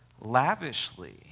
lavishly